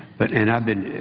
but and i've been